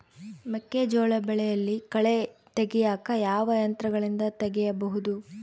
ಮೆಕ್ಕೆಜೋಳ ಬೆಳೆಯಲ್ಲಿ ಕಳೆ ತೆಗಿಯಾಕ ಯಾವ ಯಂತ್ರಗಳಿಂದ ತೆಗಿಬಹುದು?